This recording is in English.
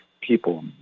people